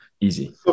easy